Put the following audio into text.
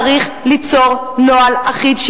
צריך ליצור נוהל אחיד,